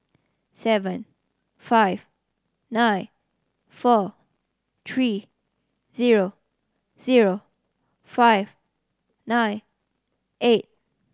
seven five nine four three zero zero five nine eight